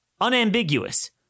unambiguous